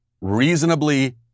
reasonably